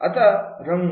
आता रंग